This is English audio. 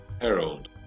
Harold